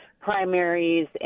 primaries